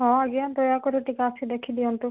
ହଁ ଆଜ୍ଞା ଦୟାକରି ଟିକିଏ ଆସି ଦେଖି ଦିଅନ୍ତୁ